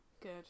good